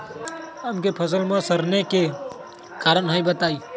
आम क फल म सरने कि कारण हई बताई?